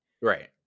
right